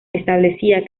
establecía